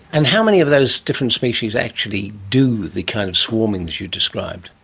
and how many of those different species actually do the kind of swarming that you described?